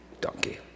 donkey